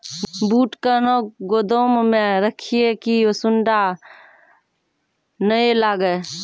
बूट कहना गोदाम मे रखिए की सुंडा नए लागे?